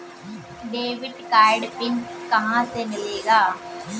Debit card का पिन कहां से मिलेगा?